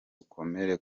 rukomere